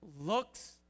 looks